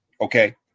Okay